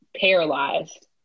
paralyzed